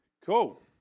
cool